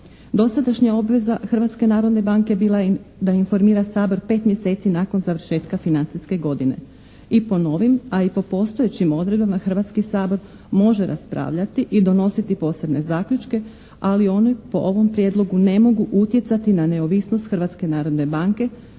narodne banke bila je da informira Sabor 5 mjeseci nakon završetka financijske godine. I po novim a i po postojećim odredbama Hrvatski sabor može raspravljati i donositi posebne zaključke, ali oni po ovom prijedlogu ne mogu utjecati na neovisnost